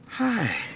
Hi